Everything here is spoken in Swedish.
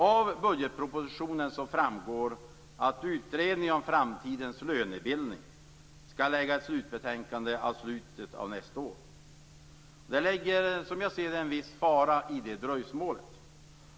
Av budgetpropositionen framgår att utredningen av framtidens lönebildning skall lägga fram sitt slutbetänkande i slutet av nästa år. Det ligger som jag ser det en viss fara i det dröjsmålet.